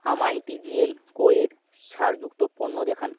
আমায় T G L কোয়ের ছাড়যুক্ত পণ্য দেখান